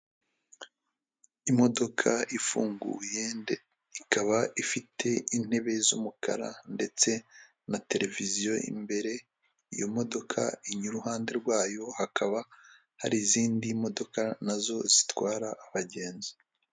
Imodoka ifunguye ndetse ikaba ifite intebe z'umukara ndetse na tereviziyo imbere, iyo modoka iruhande rwayo hakaba hari izindi modoka nazo zitwara abagenzi.